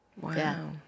Wow